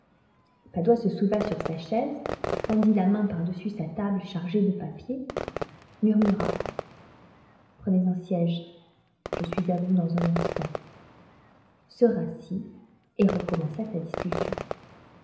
padoie se souleva sur sa chaise tendit la main par-dessus sa table chargée de papiers murmura prenez un siège je suis à vous dans un instant se rassit et recommença sa discussion